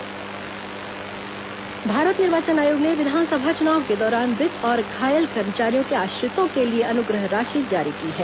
विस चुनाव अनुग्रह राशि भारत निर्वाचन आयोग ने विधानसभा चुनाव के दौरान मृत और घायल कर्मचारियों के आश्रितों के लिए अनुग्रह राशि जारी की है